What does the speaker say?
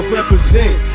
represent